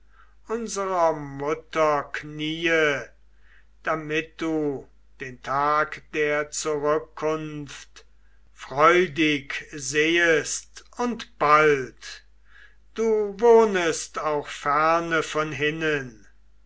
mutter kniee damit du den tag der zurückkunft freudig sehest und bald du wohnest auch ferne von hinnen